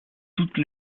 toutes